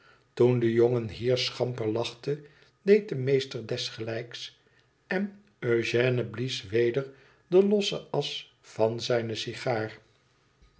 toen de jongen hier schamper lachte deed de meester desgelijks en engèoe blies weder de losse asch van zijne sigaar